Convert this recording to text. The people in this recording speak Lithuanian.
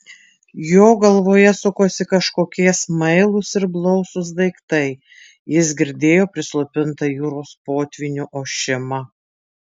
jo galvoje sukosi kažkokie smailūs ir blausūs daiktai jis girdėjo prislopintą jūros potvynio ošimą